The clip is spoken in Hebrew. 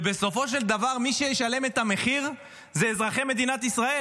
ובסופו של דבר מי שישלם את המחיר זה אזרחי מדינת ישראל.